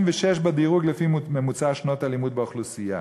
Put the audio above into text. בדירוג לפי ממוצע שנות הלימוד באוכלוסייה.